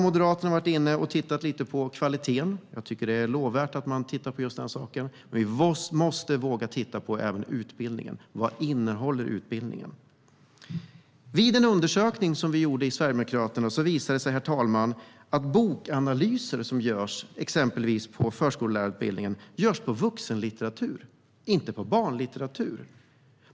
Moderaterna har varit inne och tittat lite på kvaliteten. Jag tycker att det är lovvärt att man tittar på just det här. Men vi måste också våga titta på utbildningen. Vad innehåller utbildningen? Vid en undersökning som vi i Sverigedemokraterna gjorde visade det sig att bokanalys som görs exempelvis på förskollärarutbildningen görs på vuxenlitteratur, inte på barnlitteratur.